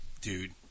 dude